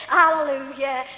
hallelujah